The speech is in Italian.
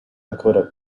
ancora